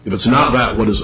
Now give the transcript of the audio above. it's not about what is